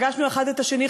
פגשנו אחד את השני,